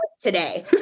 today